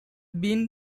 been